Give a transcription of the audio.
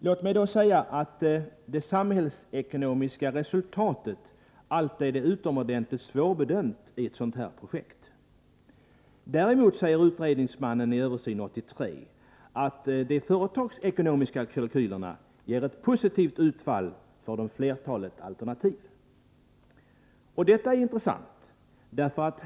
Låt mig då säga att det Målmöoch Köpensamhällsekonomiska resultatet alltid är utomordentligt svårbedömt i ett hamn sådant här projekt. Däremot säger utredningsmannen i ”Öresundsförbindelser — Översyn 1983” att de företagsekonomiska kalkylerna ger ett positivt utfall för flertalet alternativ. Detta är det intressanta i sammanhanget.